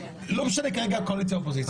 לא משנה כרגע קואליציה ואופוזיציה.